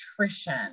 nutrition